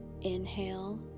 Inhale